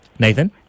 Nathan